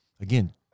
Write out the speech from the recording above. Again